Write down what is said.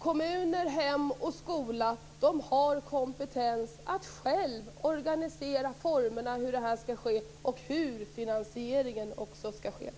Kommuner, hem och skola har kompetens att själva organisera formerna för hur detta skall ske och även finansieringen av det hela.